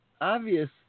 obvious